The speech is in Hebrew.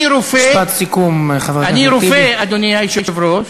אני רופא, משפט סיכום, חבר הכנסת טיבי.